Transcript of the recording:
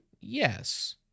Yes